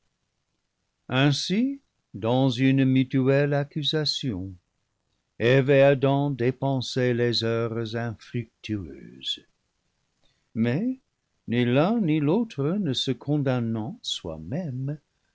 ainsi dans une mutuelle accusation eve et adam dépensaient les heures infructueuses mais ni l'un ni l'autre ne se condamnant soi-même